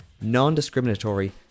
non-discriminatory